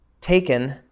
taken